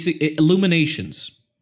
Illuminations